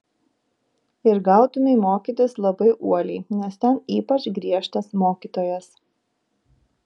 ir gautumei mokytis labai uoliai nes ten ypač griežtas mokytojas